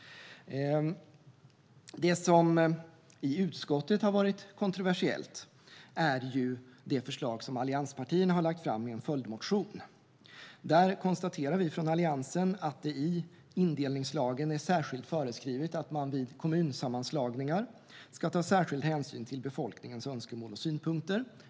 Det som i utskottet har varit kontroversiellt är det förslag som allianspartierna har lagt fram i en följdmotion. Där konstaterar vi från Alliansen att det i indelningslagen är särskilt föreskrivet att man vid kommunsammanslagningar ska ta särskild hänsyn till befolkningens önskemål och synpunkter.